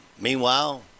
meanwhile